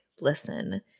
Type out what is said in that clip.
listen